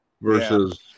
versus